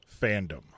fandom